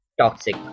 toxic